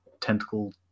tentacle